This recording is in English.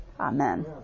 Amen